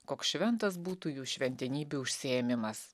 koks šventas būtų jų šventenybių užsiėmimas